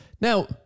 Now